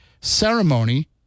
ceremony